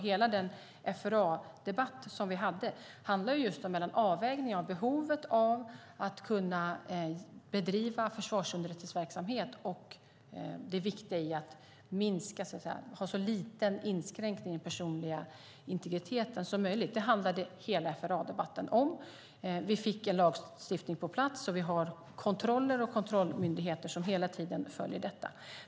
Hela den FRA-debatt som vi hade handlade just om en avvägning mellan behovet av att kunna bedriva försvarsunderrättelseverksamhet och det viktiga i att ha så liten inskränkning i den personliga integriteten som möjligt. Vi fick en lagstiftning på plats, och vi har kontroller och kontrollmyndigheter som hela tiden följer detta.